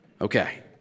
Okay